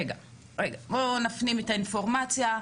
רגע, בואו נפנים את האינפורמציה.